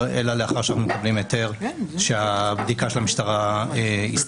אלא לאחר שאנחנו מקבלים היתר שהבדיקה של המשטרה הסתיימה,